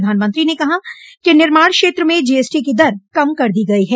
प्रधानमंत्री ने कहा कि निर्माण क्षेत्र में जीएसटी की दर कम कर दी गई है